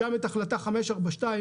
גם את החוק צריך לתקן,